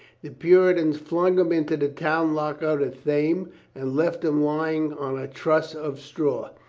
the puritans flung him into the town lockup at thame and left him lying on a truss of straw.